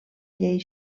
llei